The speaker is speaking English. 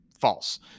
false